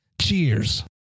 Cheers